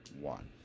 one